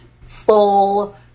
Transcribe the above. full